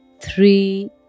three